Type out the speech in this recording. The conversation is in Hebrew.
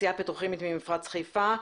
התעשייה הפטרוכימית ממפרץ חיפה.